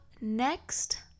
next